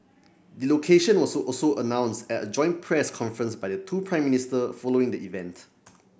the location was also announced at a joint press conference by the two Prime Minister following the event